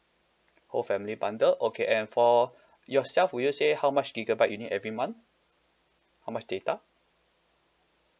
whole family bundle okay and for yourself would you say how much gigabyte you need every month how much data